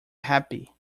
happy